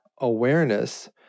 awareness